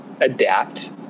adapt